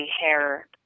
hair